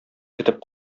көтеп